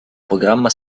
programma